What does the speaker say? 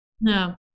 no